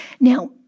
Now